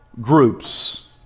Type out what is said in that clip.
groups